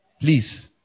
Please